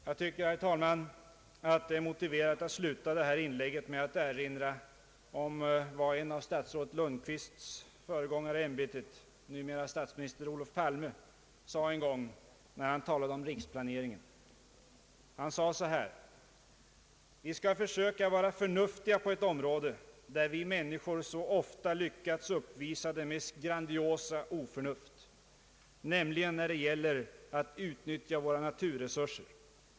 Jag tycker, herr talman, att det är motiverat att sluta det här inlägget med att erinra om vad en av statsrådet Lundkvists föregångare i ämbetet, numera statsminister Olof Palme, sade en gång när han talade om riksplaneringen: »Vi skall försöka vara förnuftiga på ett område, där vi människor så ofta lyckats uppvisa det mest grandiosa oförnuft — nämligen när det gäller att utnyttja våra naturresurser.